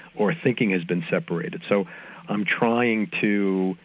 or thinking has been separated. so i'm trying to,